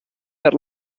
per